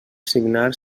signar